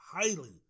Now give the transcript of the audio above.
highly